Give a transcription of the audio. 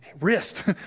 wrist